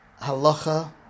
Halacha